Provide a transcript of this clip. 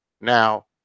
Now